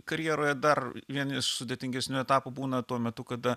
karjeroje dar vieni sudėtingesnių etapų būna tuo metu kada